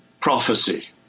prophecy